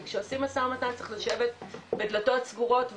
כי כשעושים משא ומתן צריך לשבת בדלתות סגורות,